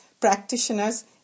practitioners